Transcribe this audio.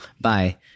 Bye